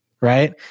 right